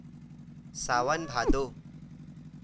सावन भादो